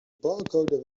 barcode